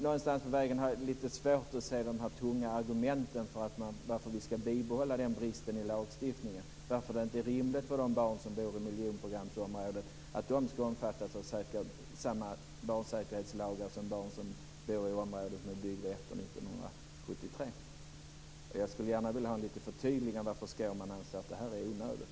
Någonstans på vägen har jag lite svårt att se de tunga argumenten för att vi ska bibehålla bristen i lagstiftningen. Varför är det inte rimligt att de barn som bor i miljonprogramsområden ska omfattas av samma barnsäkerhetslagar som barn som bor i områden byggda efter 1973? Jag skulle gärna vilja ha ett litet förtydligande om varför Skårman anser att det är onödigt.